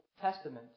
testament